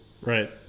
Right